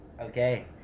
Okay